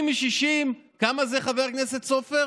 20 מ-60, כמה זה, חבר הכנסת סופר?